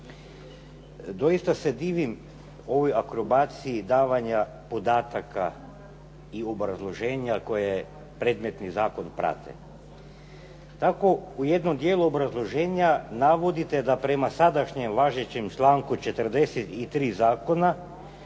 Doista se divim ovoj akrobaciji davanja podataka i obrazloženja koje predmetni zakon prate. Tako u jednom dijelu obrazloženja navodite da prema sadašnjem važećem članku 43. zakona